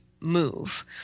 move